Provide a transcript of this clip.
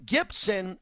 Gibson